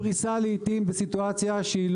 פריסה לעיתים בתנאים